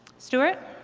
stewart?